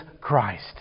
Christ